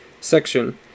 Section